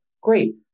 Great